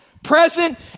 Present